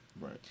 Right